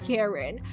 Karen